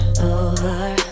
over